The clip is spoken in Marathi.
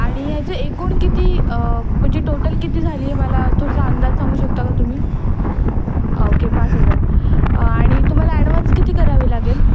आणि ह्याचे एकूण किती म्हणजे टोटल किती झाली आहे मला थोडंसं अंदाज सांगू शकता का तुम्ही ओके पाच हजार आणि तुम्हाला ॲडव्हान्स किती करावे लागेल